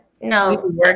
no